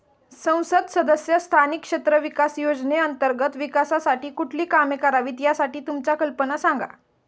संसद सदस्य स्थानिक क्षेत्र विकास योजने अंतर्गत विकासासाठी कुठली कामे करावीत, यासाठी तुमच्या कल्पना सांगा